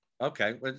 Okay